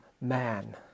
man